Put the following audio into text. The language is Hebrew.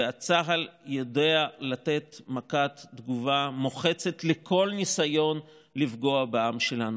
וצה"ל יודע לתת מכת תגובה מוחצת על כל ניסיון לפגוע בעם שלנו.